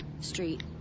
street